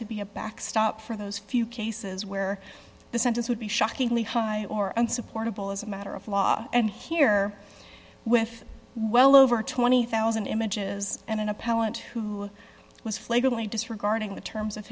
to be a backstop for those few cases where the sentence would be shockingly high or unsupportable as a matter of law and here with well over twenty thousand images and an appellant who was flagrantly disregarding the terms